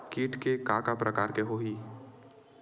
कीट के का का प्रकार हो होही?